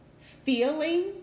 feeling